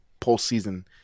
postseason